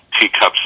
Teacups